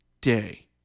day